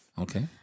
Okay